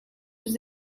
yüz